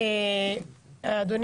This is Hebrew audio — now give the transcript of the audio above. עכשיו,